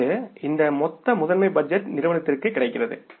இப்போது இந்த மொத்த முதன்மை பட்ஜெட் நிறுவனத்திற்கு கிடைக்கிறது